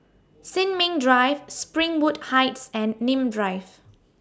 Sin Ming Drive Springwood Heights and Nim Drive